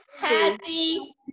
happy